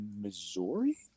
Missouri